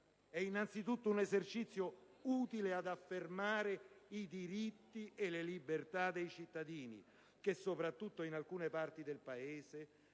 è innanzitutto un esercizio utile ad affermare i diritti e le libertà dei cittadini che, soprattutto in alcune parti del Paese,